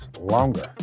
longer